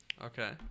Okay